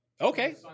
Okay